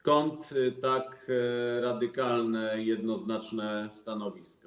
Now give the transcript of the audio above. Skąd tak radykalne, jednoznaczne stanowisko?